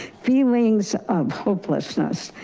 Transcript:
feelings of hopelessness,